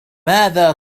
ماذا